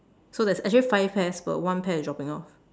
so there's actually five pears but one pear is dropping off